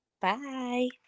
Bye